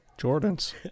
Jordan's